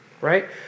right